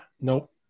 nope